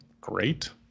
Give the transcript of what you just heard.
Great